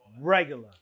Regular